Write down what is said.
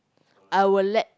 I will let